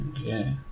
Okay